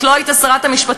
את לא היית אז שרת המשפטים,